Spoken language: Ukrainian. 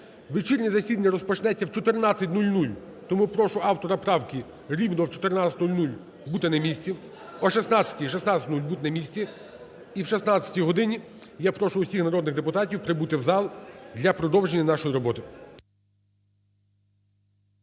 Вечірнє засідання розпочнеться в 14:00. Тому прошу автора правки рівно о 14:00 бути на місці… о 16-ій, о 16:00 бути на місці. І о 16 годині я прошу всіх народних депутатів прибути в зал для продовження нашої роботи.